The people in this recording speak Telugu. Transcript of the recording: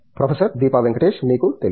ప్రొఫెసర్ దీపా వెంకటేష్ మీకు తెలుసు